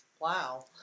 Wow